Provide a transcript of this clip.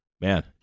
Man